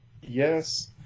Yes